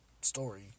story